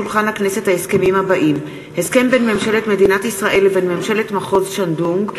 הסכם בין ממשלת מדינת ישראל לבין ממשלת מחוז שנדונג,